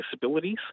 Disabilities